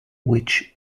which